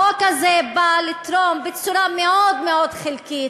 החוק הזה בא לתרום בצורה מאוד מאוד חלקית,